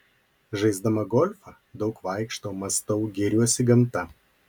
žaisdama golfą daug vaikštau mąstau gėriuosi gamta